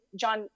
John